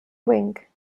wink